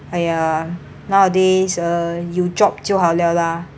!aiya! nowadays uh 有 job 就好 liao lah